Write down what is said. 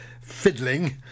fiddling